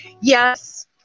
Yes